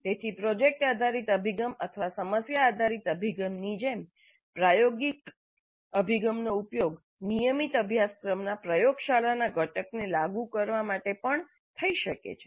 તેથી પ્રોજેક્ટ આધારિત અભિગમ અથવા સમસ્યા આધારિત અભિગમની જેમ પ્રાયોગિક અભિગમનો ઉપયોગ નિયમિત અભ્યાસક્રમના પ્રયોગશાળાના ઘટકને લાગુ કરવા માટે પણ થઈ શકે છે